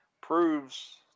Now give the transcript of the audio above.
proves –